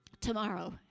tomorrow